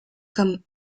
comme